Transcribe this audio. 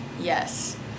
Yes